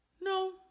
No